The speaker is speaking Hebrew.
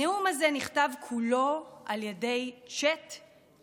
הנאום הזה נכתב כולו על ידי ChatGPT.